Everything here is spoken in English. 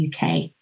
UK